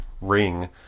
ring